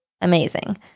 amazing